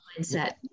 mindset